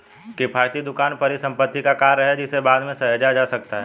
किफ़ायती दुकान परिसंपत्ति का कार्य है जिसे बाद में सहेजा जा सकता है